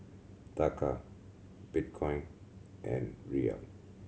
Taka Bitcoin and Riel